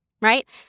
Right